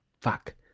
Fuck